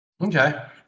Okay